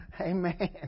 amen